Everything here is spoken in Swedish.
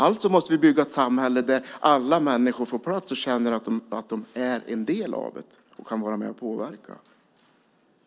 Alltså måste vi bygga ett samhälle där alla människor får plats och känner att de är delaktiga och kan vara med och påverka.